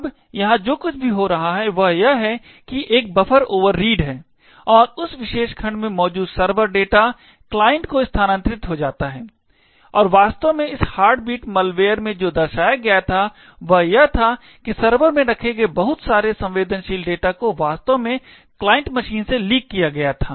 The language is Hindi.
अब यहां जो कुछ भी हो रहा है वह यह है कि एक बफर ओवरराइड है और उस विशेष खंड में मौजूद सर्वर डेटा क्लाइंट को स्थानांतरित हो जाता है और वास्तव में इस हार्टबीट मालवेयर में जो दर्शाया गया था वह यह था कि सर्वर में रखे गए बहुत सारे संवेदनशील डेटा को वास्तव में क्लाइंट मशीन से लीक किया गया था